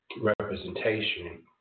representation